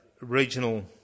regional